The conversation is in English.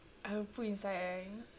I will put inside